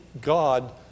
God